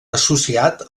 associat